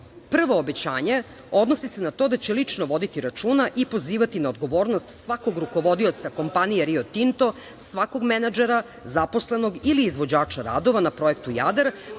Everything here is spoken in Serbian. obećanje odnosi se na to da će lično voditi računa i pozivati na odgovornost svakog rukovodioca kompanije „Rio Tinto“, svakog menadžera, zaposlenog ili izvođača radova na projektu „Jadar“